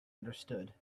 understood